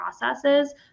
processes